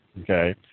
okay